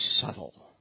subtle